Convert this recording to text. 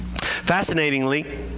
Fascinatingly